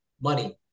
money